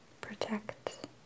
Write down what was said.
protect